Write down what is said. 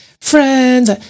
friends